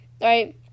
right